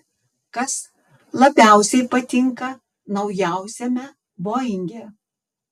kas labiausiai patinka naujausiame boinge